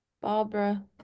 Barbara